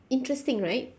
interesting right